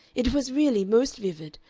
it was really most vivid,